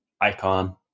icon